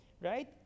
right